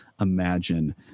imagine